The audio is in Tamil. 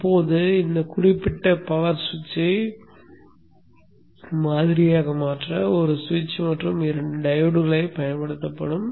இப்போது இந்த குறிப்பிட்ட பவர் ஸ்விட்சை மாதிரியாக மாற்ற ஒரு சுவிட்ச் மற்றும் 2 டையோட்களைப் பயன்படுத்துகிறது